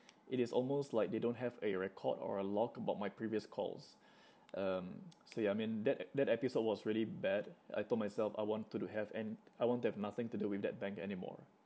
it is almost like they don't have a record or a log about my previous calls um so yeah I mean that that episode was really bad I told myself I want to do have an I want to have nothing to do with that bank anymore